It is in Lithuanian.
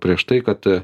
prieš tai kad